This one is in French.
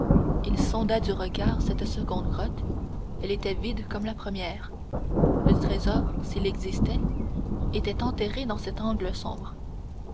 il sonda du regard la seconde grotte elle était vide comme la première le trésor s'il existait était enterré dans cet angle sombre